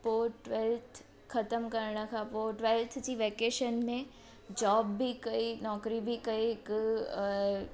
पोइ ट्वैल्थ खतम करण खां पोइ ट्वैल्थ जी वैकेशन में जॉब बि कई नौकिरी बि कई हिकु अ